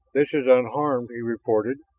this is unharmed, he reported.